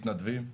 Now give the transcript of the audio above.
מתנדבים,